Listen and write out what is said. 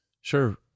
sure